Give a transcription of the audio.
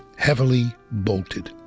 heavily bolted.